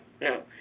no